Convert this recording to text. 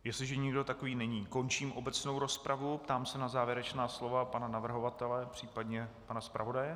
Jestliže nikdo takový není, končím obecnou rozpravu a ptám se na závěrečná slova pana navrhovatele, případně pana zpravodaje.